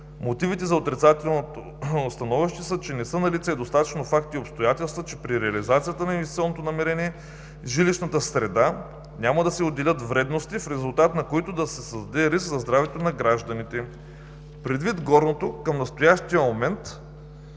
Мотивите за отрицателното становище са, че не са налице достатъчно факти и обстоятелства, че при реализацията на инвестиционното намерение в жилищната среда няма да се отделят вредности, в резултат на които да се създаде риск за здравето на гражданите. Предвид горното към настоящия момент